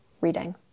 reading